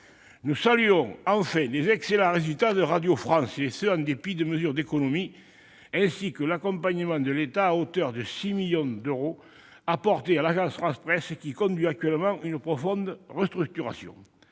Nous saluons enfin les excellents résultats de Radio France, et ce, en dépit des mesures d'économie, ainsi que l'accompagnement de l'État, à hauteur de 6 millions d'euros, apporté à l'Agence France Presse qui conduit actuellement une profonde restructuration.